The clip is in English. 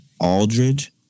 Aldridge